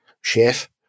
chef